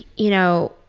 you know,